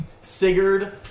Sigurd